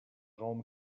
raum